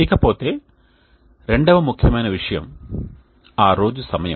ఇక పోతే రెండవ ముఖ్యమైన విషయం ఆ రోజు సమయం